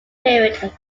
period